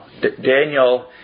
Daniel